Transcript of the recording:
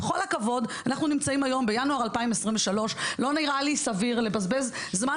בכל הכבוד אנחנו נמצאים היום בינואר 2023 לא נראה לי סביר לבזבז זמן